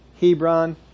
Hebron